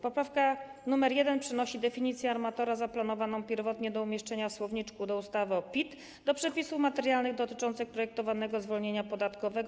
Poprawka nr 1 przynosi definicję armatora zaplanowaną pierwotnie do umieszczenia w słowniczku do ustawy o PIT, do przepisów materialnych dotyczących projektowanego zwolnienia podatkowego.